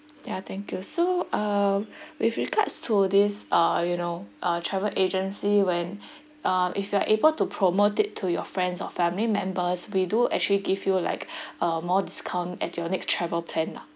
ya thank you so uh with regards to this uh you know uh travel agency when uh if you are able to promote it to your friends or family members we do actually give you like uh more discount at your next travel plan lah